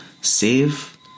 save